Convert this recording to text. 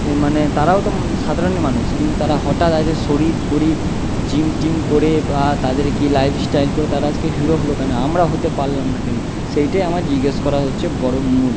এ মানে তারাও তো সাধারণই মানুষ কিন্তু তারা হঠাৎ শরীর ফরীর জিম টিম করে বা তাদের কী লাইফ স্টাইল করে তারা আজকে হিরো হলো কেন আমরা হতে পারলাম না কেন সেইটাই আমার জিগেস করা হচ্ছে বড়ো মূল